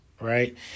right